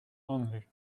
only